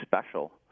special